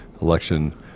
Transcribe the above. election